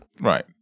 right